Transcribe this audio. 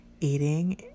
eating